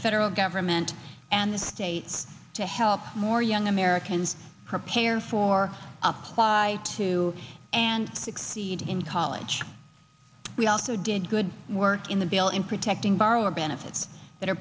federal government and the state to help more young americans prepare for apply to and succeed in college we also did good work in the bill in protecting borrower benefits that are